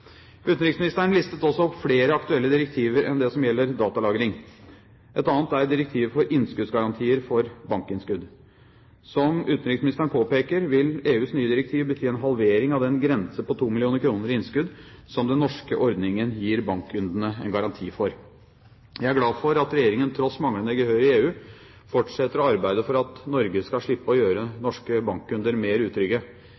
Utenriksministeren listet også opp flere aktuelle direktiver enn det som gjelder datalagring. Et annet er direktivet som gjelder garanti for bankinnskudd. Som utenriksministeren påpeker, vil EUs nye direktiv bety en halvering av den grense på 2 mill. kr i innskudd som den norske ordningen gir bankkundene garanti for. Jeg er glad for at Regjeringen, tross manglende gehør i EU, fortsetter å arbeide for at Norge skal slippe å gjøre